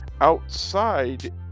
outside